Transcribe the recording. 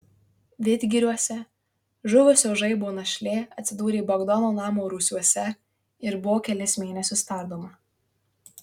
vidgiriuose žuvusio žaibo našlė atsidūrė bagdono namo rūsiuose ir buvo kelis mėnesius tardoma